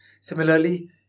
Similarly